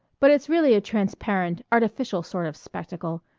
but it's really a transparent, artificial sort of spectacle.